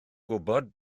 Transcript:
gwybod